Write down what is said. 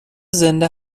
زنده